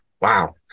Wow